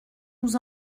nous